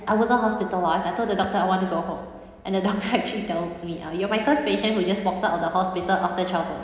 I wasn't hospitalised I told the doctor I want to go home and the doctor actually tells me you're my first patient who just walks out of the hospital after childbirth